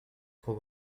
trop